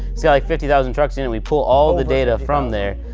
it's got like fifty thousand trucks in it. we pull all the data from there.